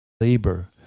labor